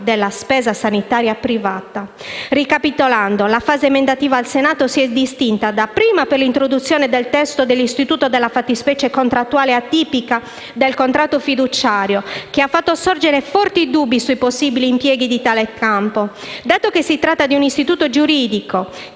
della spesa sanitaria privata. Ricapitolando, la fase emendativa al Senato si è distinta dapprima per l'introduzione nel testo dell'istituto della fattispecie contrattuale atipica del contratto fiduciario, che ha fatto sorgere forti dubbi sui possibili impieghi in tale campo, dato che si tratta di un istituto giuridico